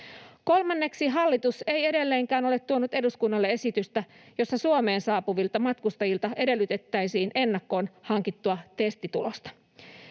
Kolmanneksi: Hallitus ei edelleenkään ole tuonut eduskunnalle esitystä, jossa Suomeen saapuvilta matkustajilta edellytettäisiin ennakkoon hankittua testitulosta.